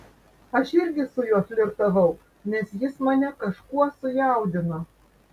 aš irgi su juo flirtavau nes jis mane kažkuo sujaudino